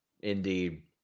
indeed